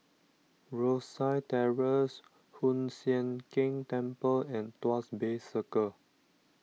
Rosyth Terrace Hoon Sian Keng Temple and Tuas Bay Circle